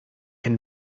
can